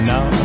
Now